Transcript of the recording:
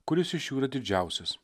kuris iš jų yra didžiausias